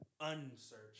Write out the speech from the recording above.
unsearched